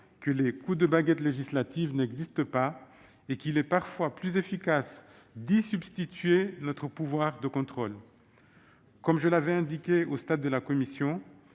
que les « coups de baguette législative » n'existent pas et qu'il est parfois plus efficace d'y substituer notre pouvoir de contrôle. Comme je l'avais indiqué au stade de la commission,